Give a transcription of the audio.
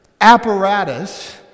apparatus